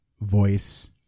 voice